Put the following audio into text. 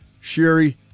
Sherry